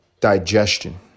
digestion